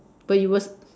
but it was